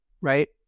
Right